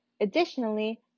Additionally